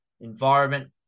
environment